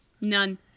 None